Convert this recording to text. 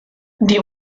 die